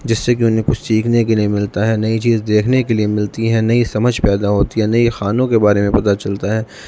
جس سے کہ انہیں کچھ سیکھنے کے لیے ملتا ہے نئی چیز دیکھنے کے لیے ملتی ہیں نئی سمجھ پیدا ہوتی ہے نئی خانوں کے بارے میں پتہ چلتا ہے